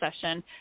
session